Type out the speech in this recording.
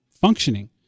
functioning